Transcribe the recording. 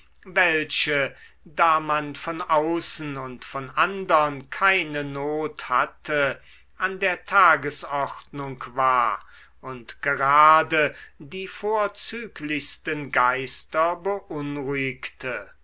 welche da man von außen und von andern keine not hatte an der tagesordnung war und gerade die vorzüglichsten geister beunruhigte